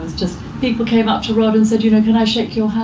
just, people came up to rod and said, you know, can i shake your hand?